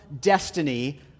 destiny